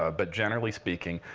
ah but generally speaking,